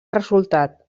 resultat